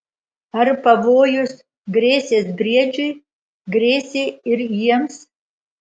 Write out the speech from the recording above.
ar pavojus grėsęs briedžiui grėsė ir jiems